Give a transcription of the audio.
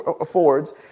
affords